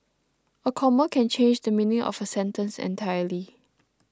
a comma can change the meaning of a sentence entirely